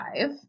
five